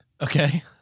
Okay